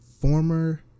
former